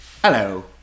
Hello